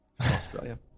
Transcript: Australia